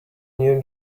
new